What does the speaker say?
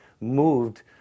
moved